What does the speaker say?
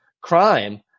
crime